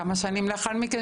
כמה שנים לאחר מכן,